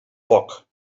foc